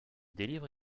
délivre